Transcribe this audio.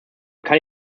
kann